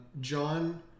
John